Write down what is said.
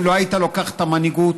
אם לא היית לוקח את המנהיגות,